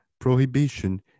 prohibition